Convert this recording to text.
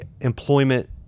employment